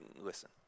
listen